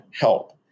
help